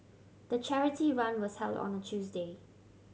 the charity run was held on a Tuesday